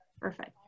Perfect